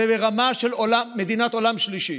זה ברמה של מדינת עולם שלישי.